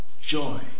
joy